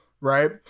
right